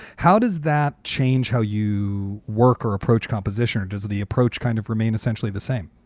how does that change how you work or approach composition, or does the approach kind of remain essentially the same?